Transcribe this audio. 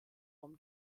vom